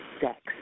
sex